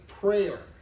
Prayer